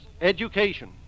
education